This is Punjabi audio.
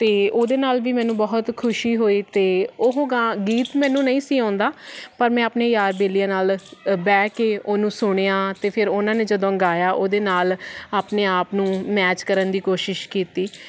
ਅਤੇ ਉਹਦੇ ਨਾਲ ਵੀ ਮੈਨੂੰ ਬਹੁਤ ਖੁਸ਼ੀ ਹੋਈ ਅਤੇ ਉਹ ਗਾ ਗੀਤ ਮੈਨੂੰ ਨਹੀਂ ਸੀ ਆਉਂਦਾ ਪਰ ਮੈਂ ਆਪਣੇ ਯਾਰ ਬੇਲੀਆਂ ਨਾਲ ਬਹਿ ਕੇ ਉਹਨੂੰ ਸੁਣਿਆ ਅਤੇ ਫਿਰ ਉਹਨਾਂ ਨੇ ਜਦੋਂ ਗਾਇਆ ਉਹਦੇ ਨਾਲ ਆਪਣੇ ਆਪ ਨੂੰ ਮੈਚ ਕਰਨ ਦੀ ਕੋਸ਼ਿਸ਼ ਕੀਤੀ